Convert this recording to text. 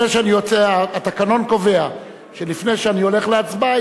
התקנון קובע שלפני שאני הולך להצבעה